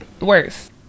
worse